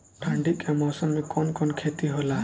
ठंडी के मौसम में कवन कवन खेती होला?